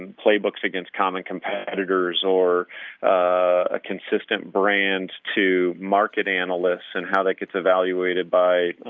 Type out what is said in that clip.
and playbooks against common competitors, or a consistent brand to market analysts, and how that gets evaluated by